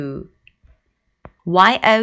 Y-O-U